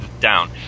down